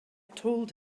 told